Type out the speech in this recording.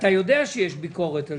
שיש על זה ביקורת.